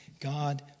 God